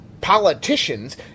politicians